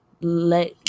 let